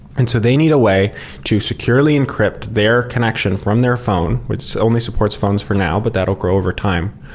and so they need a way to securely encrypt their connection from their phone, which only supports phones for now, but that will grow over time,